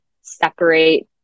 separate